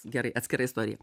gerai atskira istorija